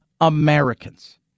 Americans